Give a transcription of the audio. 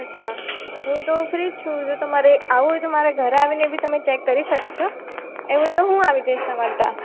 અચ્છા હું તો ફ્રી જ છું જો તમારે આવવું હોય તો મારા ઘરે આવીને બી તમે ચેક કરી શકો છો એવું હોય તો હું આવી જઈશ તમારે ત્યાં